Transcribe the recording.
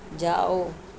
ਜਾਓ